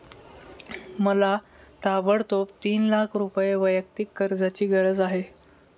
मला ताबडतोब तीन लाख रुपये वैयक्तिक कर्जाची गरज आहे